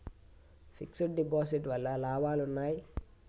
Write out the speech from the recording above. Fix డ్ deposit వల్ల లాభాలు ఉన్నాయి?